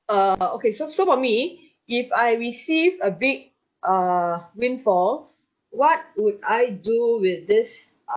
err uh okay so so for me if I receive a big err windfall what would I do with this err